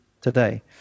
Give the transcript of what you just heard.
today